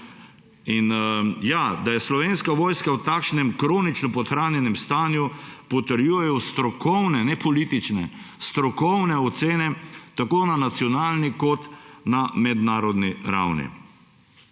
In, ja, da je Slovenska vojska v takšnem kronično podhranjenem stanju potrjujejo strokovne, ne politične, strokovne ocene tako na nacionalni kot na mednarodni ravni.